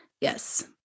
Yes